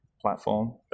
platform